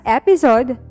episode